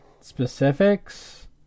specifics